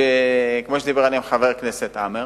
כמו שאמר חבר הכנסת עמאר,